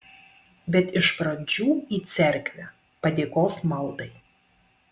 bet iš pradžių į cerkvę padėkos maldai